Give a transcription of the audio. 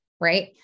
right